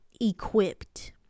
equipped